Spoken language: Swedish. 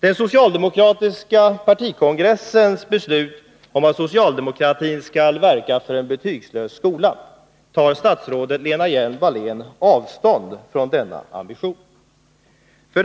Den socialdemokratiska partikongressen har beslutat att socialdemokratin skall verka för en betygslös skola. Tar statsrådet Lena Hjelm-Wallén avstånd från denna ambition? 2.